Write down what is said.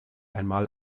einmal